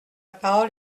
parole